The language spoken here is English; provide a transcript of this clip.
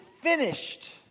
finished